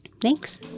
thanks